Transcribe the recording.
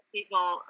People